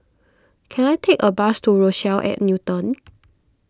can I take a bus to Rochelle at Newton